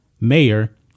mayor